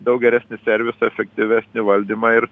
daug geresnį servisą efektyvesnį valdymą ir